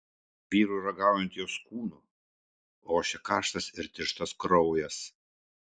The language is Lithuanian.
vyrui ragaujant jos kūnu ošė karštas ir tirštas kraujas